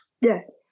yes